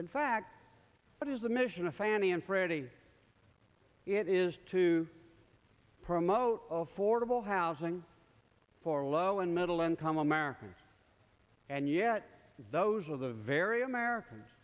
in fact what is the mission of fannie and freddie it is to promote affordable housing for low and middle income americans and yet those are the very americans